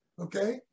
okay